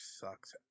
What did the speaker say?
sucks